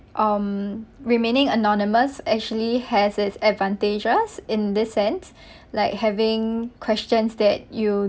um remaining anonymous actually has its advantages in this sense like having questions that you